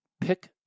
Pick